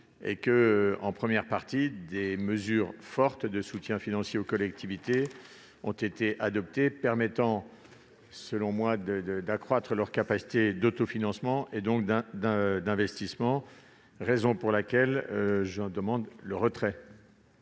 de loi de finances, des mesures fortes de soutien financier aux collectivités ont été adoptées, permettant, selon moi, d'accroître leurs capacités d'autofinancement et, donc, d'investissement. Pour ces raisons, je demande le retrait